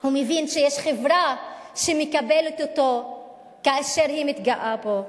הוא מבין שיש חברה שמקבלת אותו כאשר היא מתגאה בו,